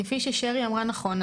כפי ששרי אמרה נכון,